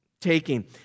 taking